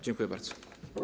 Dziękuję bardzo.